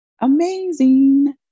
amazing